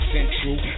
Central